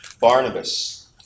Barnabas